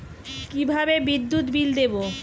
কিভাবে বিদ্যুৎ বিল দেবো?